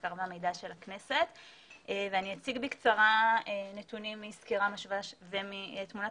אני אציג בקצרה נתונים מסקירה משווה ומתמונת